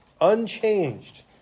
unchanged